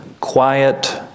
quiet